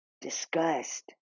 disgust